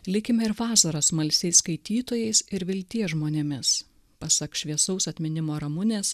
likime ir vasarą smalsiais skaitytojais ir vilties žmonėmis pasak šviesaus atminimo ramunės